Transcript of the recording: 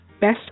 Best